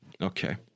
Okay